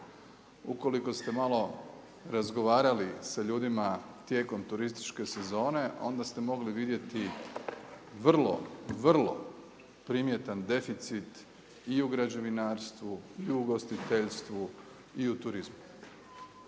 Ukoliko ste malo razgovarali sa ljudima tijekom turističke sezone, onda ste mogli vidjeti vrlo, vrlo primjetan deficit i u građevinarstvu i u ugostiteljstvu i u turizmu.